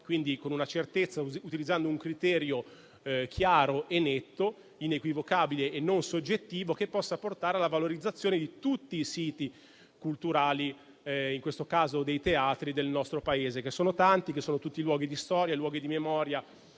il Ministero ha, utilizzando un criterio chiaro e netto, inequivocabile e non soggettivo, che possa portare alla valorizzazione di tutti i siti culturali, in questo caso dei teatri del nostro Paese. Sono tanti, sono tutti luoghi di storia e luoghi di memoria